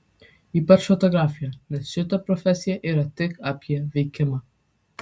ypač fotografijoje nes šita profesija yra tik apie veikimą